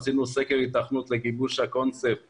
עשינו סקר היתכנות לגיבוש הקונספט